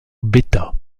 bêta